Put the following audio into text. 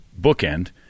bookend